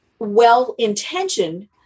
well-intentioned